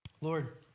Lord